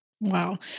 Wow